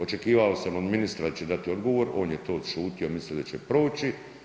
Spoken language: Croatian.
Očekivao sam od ministra da će dati odgovor, on je to odšutio, mislio je da će proći.